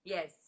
Yes